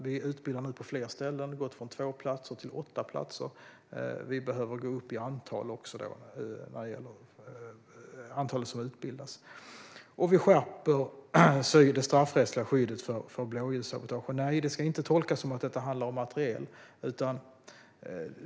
Vi utbildar nu på fler ställen och har gått från två platser till åtta platser. Vi behöver gå upp i antalet personer som utbildas också. Vi skärper det straffrättsliga skyddet för blåljussabotage. Nej, det ska inte tolkas som att detta handlar om materiel.